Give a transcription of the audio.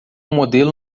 modelo